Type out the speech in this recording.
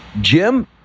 Jim